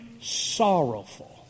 sorrowful